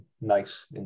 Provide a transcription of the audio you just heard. nice